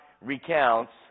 recounts